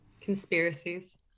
Conspiracies